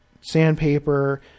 sandpaper